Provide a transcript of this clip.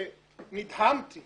ונדהמתי